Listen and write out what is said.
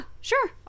sure